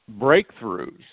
breakthroughs